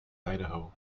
idaho